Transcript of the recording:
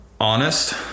Honest